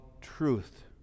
truth